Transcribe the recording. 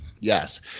Yes